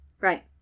Right